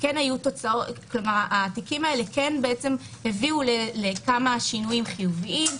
התיקים האלה הביאו לכמה שינויים חיוביים,